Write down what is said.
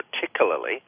particularly